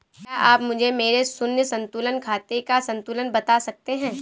क्या आप मुझे मेरे शून्य संतुलन खाते का संतुलन बता सकते हैं?